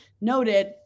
Noted